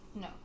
no